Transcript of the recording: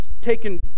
taken